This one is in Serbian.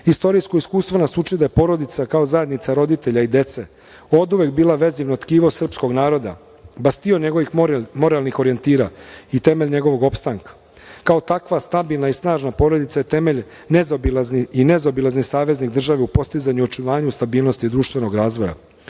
Istorijsko iskustvo nas uči da je porodica, kao zajednica roditelja i dece, oduvek bila vezivno tkivo srpskog naroda, bastion njegovih moralnih orijentira i temelj njegovog opstanka. Kao takva, stabilna i snažna porodica je temelj i nezaobilazni saveznik države u postizanju i očuvanju stabilnosti društvenog razvoja.